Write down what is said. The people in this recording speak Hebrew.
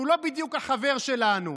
שהוא לא בדיוק החבר שלנו,